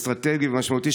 אסטרטגי ומשמעותי,